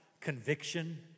conviction